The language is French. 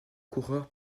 coureur